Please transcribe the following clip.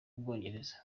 bwongereza